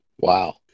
Wow